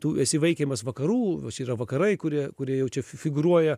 tu esi įvaikinamas vakarų va čia yra vakarai kurie kurie jau čia figūruoja